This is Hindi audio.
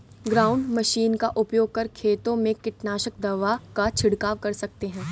ग्राउंड मशीन का उपयोग कर खेतों में कीटनाशक दवा का झिड़काव कर सकते है